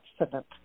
accident